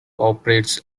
operates